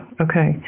Okay